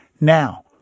Now